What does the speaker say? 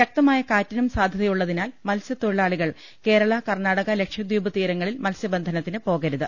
ശക്തമായ കാറ്റിനും സാധ്യതയുള്ളതിനാൽ മത്സ്യതൊഴിലാളികൾ കേരള കർണ്ണാ ടക ലക്ഷദ്വീപ് തീരങ്ങളിൽ മത്സ്യബന്ധനത്തിന് പോകരുത്